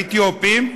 האתיופים,